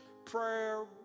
prayer